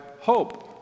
hope